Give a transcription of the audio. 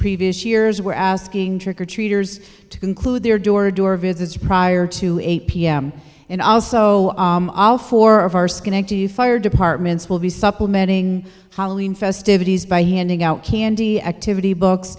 previous years we're asking trick or treaters to conclude their door to door visits prior to eight p m and also all four of our schenectady fire departments will be supplementing halim festivities by handing out candy activity books